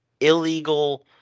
illegal